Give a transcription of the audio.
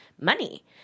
money